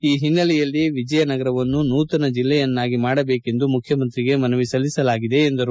ಈ ಒನ್ನೆಲೆಯಲ್ಲಿ ವಿಜಯನಗರವನ್ನು ನೂತನ ಜಿಲ್ಲೆಯನ್ನಾಗಿ ಮಾಡಬೇಕೆಂದು ಮುಖ್ಯಮಂತ್ರಿಗೆ ಮನವಿ ಸಲ್ಲಿಸಲಾಗಿದೆ ಎಂದರು